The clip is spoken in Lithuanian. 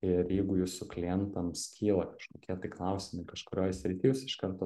ir jeigu jūsų klientams kyla kažkokie klausimai kažkurioj srity jūs iš karto